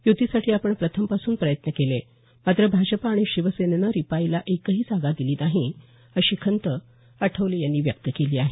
युतीसाठी आपण प्रथमपासून प्रयत्न केले मात्र भाजपा आणि शिवसेनेनं रिपाईला एकही जागा दिली नाही अशी खंत आठवले यांनी व्यक्त केली आहे